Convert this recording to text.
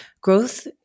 Growth